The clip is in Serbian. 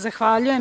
Zahvaljujem.